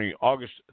August